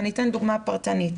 ואני אתן דוגמה פרטנית.